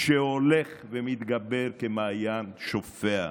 שהולך ומתגבר כמעיין שופע.